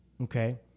okay